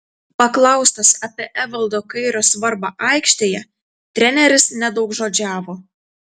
paklaustas apie evaldo kairio svarbą aikštėje treneris nedaugžodžiavo